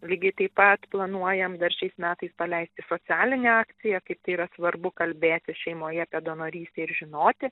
lygiai taip pat planuojam dar šiais metais paleisti socialinę akciją kaip tai yra svarbu kalbėti šeimoje apie donorystę ir žinoti